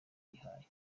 yihaye